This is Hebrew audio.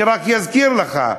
אני רק אזכיר לך: